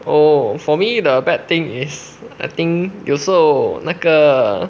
oh for me the bad thing is I think 有时候那个